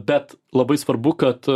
bet labai svarbu kad